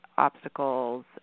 obstacles